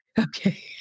okay